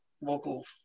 local